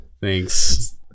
Thanks